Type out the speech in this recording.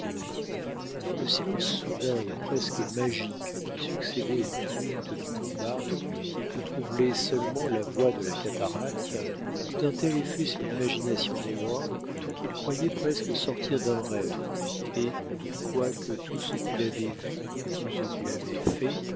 le silence soudain et presque magique qui succédait au tumulte du combat et que troublait seulement la voix de la cataracte eut un tel effet sur l'imagination d'heyward qu'il croyait presque sortir d'un rêve et quoique tout ce qu'il avait vu tout ce qu'il avait fait